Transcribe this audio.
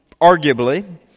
arguably